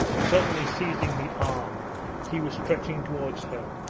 suddenly seizing the arm he was stretching towards her.